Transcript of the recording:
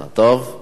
טוב, בבקשה.